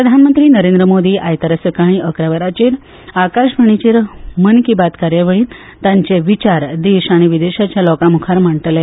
प्रधानमंत्री नरेंद्र मोदी आयतारा सकाळीं इकरा वरांचेर आकाशवाणीचेर मन की बात कार्यावळींत तांचे विचार देश आनी विदेशाच्या लोकां मुखार मांडटले